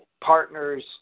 partners